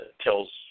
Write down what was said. tells